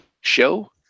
show